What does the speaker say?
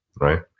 right